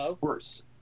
worse